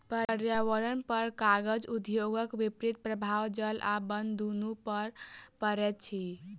पर्यावरणपर कागज उद्योगक विपरीत प्रभाव जल आ बन दुनू पर पड़ैत अछि